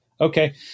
Okay